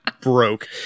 broke